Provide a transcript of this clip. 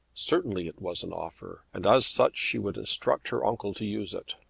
certainly it was an offer, and as such she would instruct her uncle to use it.